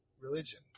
religion